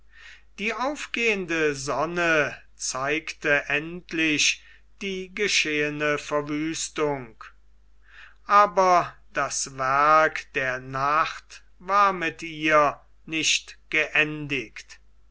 die aufgehende sonne zeigte endlich die geschehene verwüstung aber das werk der nacht war mit ihr nicht geendigt